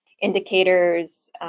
indicators